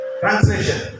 Translation